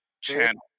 channel